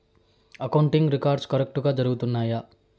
accounting records కరెక్టుగా జరుగుతున్నాయా